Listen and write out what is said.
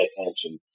attention